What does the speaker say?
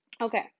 okay